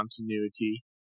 continuity